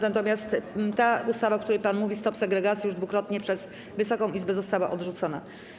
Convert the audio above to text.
Natomiast ta ustawa, o której pan mówi, stop segregacji, już dwukrotnie przez Wysoką Izbę została odrzucona.